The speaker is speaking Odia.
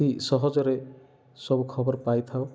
ଅତି ସହଜରେ ସବୁ ଖବର ପାଇଥାଉ